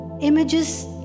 images